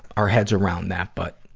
our heads around that, but,